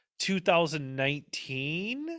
2019